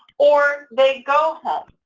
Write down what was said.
or they go home.